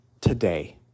today